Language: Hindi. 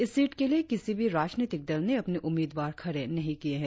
इस सीट के लिए किसी भी राजनीतिक दल ने अपने उम्मीदवार खड़े नहीं किए है